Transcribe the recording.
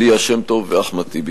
ליה שמטוב ואחמד טיבי.